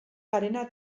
garena